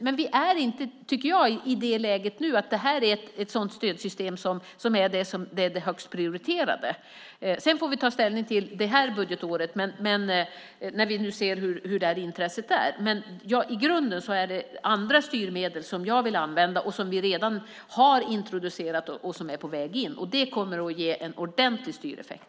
Men vi är inte i det läget nu, tycker jag, att det är ett sådant stödsystem som är högst prioriterat. Sedan får vi ta ställning till det här budgetåret när vi ser hur intresset är. I grunden är det andra styrmedel som jag vill använda, som vi redan har introducerat och som är på väg in. Det kommer att ge en ordentlig styreffekt.